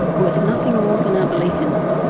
worth nothing more than our belief in them,